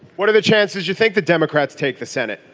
what are the chances you think the democrats take the senate.